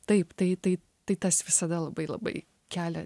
taip tai taip tai tas visada labai labai kelia